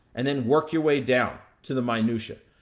and then work your way down, to the minucia.